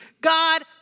God